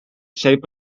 shape